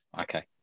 Okay